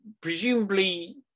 presumably